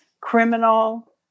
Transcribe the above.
criminal